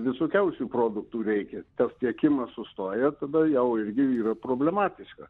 visokiausių produktų reikia tas tiekimas sustoja ir tada jau irgi yra problematiška